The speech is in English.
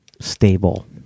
stable